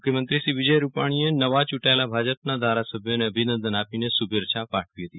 મુખ્યમંત્રીશ્રી વિજય રૂપાણીએ નવા યૂંટાયેલા ભાજપના ધારાસભ્યોને અભિનંદન આપીને શુભેચ્છાઓ પાઠવી હતી